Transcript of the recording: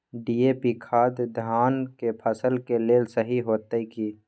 DAP खाद धान के फसल के लेल सही होतय की?